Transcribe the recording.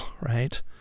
right